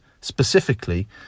specifically